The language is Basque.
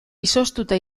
izoztuta